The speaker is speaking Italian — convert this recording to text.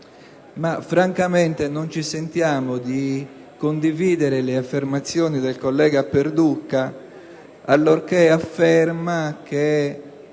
Tuttavia, non ci sentiamo di condividere le affermazioni del collega Perduca allorché afferma che